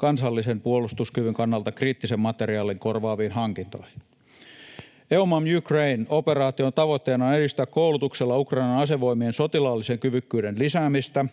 kansallisen puolustuskyvyn kannalta kriittisen materiaalin korvaaviin hankintoihin. EUMAM Ukraine -operaation tavoitteena on edistää koulutuksella Ukrainan asevoimien sotilaallisen kyvykkyyden lisäämistä.